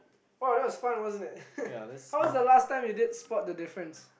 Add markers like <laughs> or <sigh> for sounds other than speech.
oh that's was fun wasn't it <laughs> how was the last time you did spot the difference